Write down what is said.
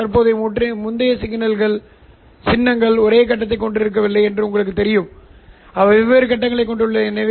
இப்போது நான் செய்வது மின் கழிப்பான் ஒன்றை வைப்பதன் மூலம் அவற்றைக் கழிப்பதாகும்